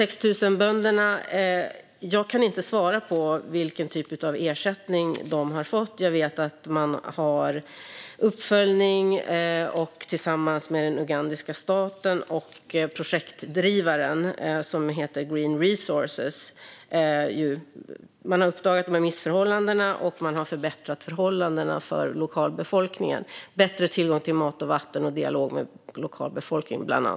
Jag kan inte svara på vilken ersättning de 6 000 bönderna har fått. Jag vet att man har uppföljning tillsammans med den ugandiska staten och projektdrivaren, som heter Green Resources. Man har uppdagat missförhållandena och förbättrat förhållandena för lokalbefolkningen, bland annat i form av bättre tillgång till mat och vatten. Man har också dialog med lokalbefolkningen.